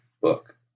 book